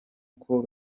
uko